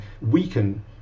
weaken